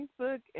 Facebook